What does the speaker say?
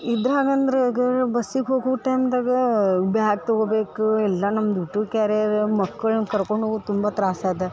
ಇದ್ರಾಗ ಅಂದ್ರ ಬಸ್ಸಿಗೆ ಹೋಗು ಟೈಮ್ದಾಗ ಬ್ಯಾಗ್ ತಗೊಬೇಕು ಎಲ್ಲ ನಮ್ದು ಊಟದ್ದು ಕ್ಯಾರಿಯರ್ ಮಕ್ಳನ್ನು ಕರ್ಕೊಂಡು ಹೋಗುದ್ ತುಂಬ ತ್ರಾಸು ಅದ